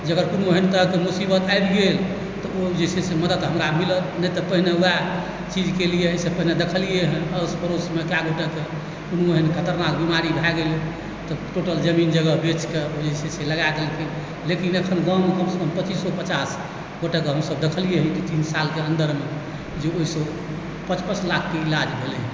जे अगर कुनू तरहके एहन मुसीबत आबि गेल तऽ ओ जे छै से मदति हमरा मिलत नहि तऽ पहिने वएह चीजके लेल एहिसँ पहिने देखलियै हँ आस पड़ोसमे कए गोटाके कुनू एहन खतरनाक बीमारी भए गेलै तऽ टोटल जमीन जगह बेचकऽ जे छै से लगाए देलखिन लेकिन एखन गाममे कमसँ कम पचीसो पचास गोटेके हमसब देखलियै हँ एहि तीन सालके अन्दरमे जे ओइसँ पाञ्च पाञ्च लाखके इलाज भेलै हँ